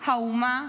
האומה,